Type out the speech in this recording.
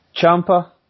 Champa